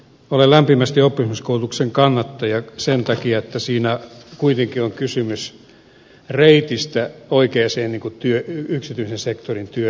olen lämpimästi oppisopimuskoulutuksen kannattaja sen takia että siinä kuitenkin on kysymys reitistä oikeaan yksityisen sektorin työelämään ja työpaikkaan